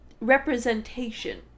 representation